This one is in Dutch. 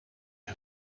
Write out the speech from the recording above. een